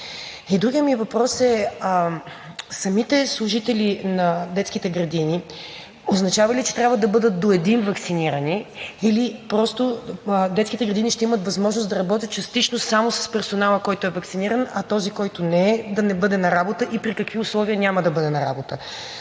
Другият ми въпрос е: самите служители на детските градини – означава ли, че трябва да бъдат до един ваксинирани, или просто детските градини ще имат възможност да работят частично само с персонала, който е ваксиниран, а този, който не е, да не бъде на работа и при какви условия няма да бъде на работа?